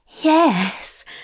yes